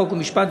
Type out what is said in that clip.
חוק ומשפט,